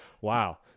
Wow